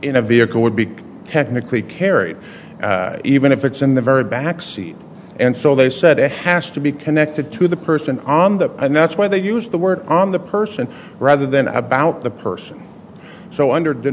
in a vehicle would be technically carried even if it's in the very back seat and so they said it has to be connected to the person on the and that's why they use the word on the person rather than about the person so under